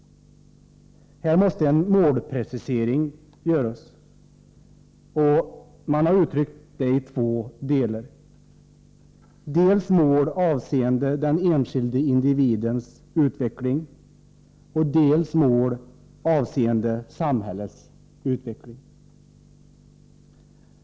Här måste en målprecisering göras, och man har uttryckt den i två delar: dels mål avseende den enskilda individens utveckling, dels mål avseende samhällets utveckling.